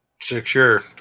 Sure